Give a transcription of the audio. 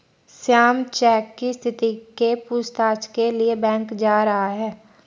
Shyam cheque की स्थिति के पूछताछ के लिए बैंक जा रहा है